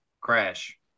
crash